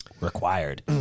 required